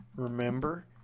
Remember